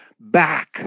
back